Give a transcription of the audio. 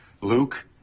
Luke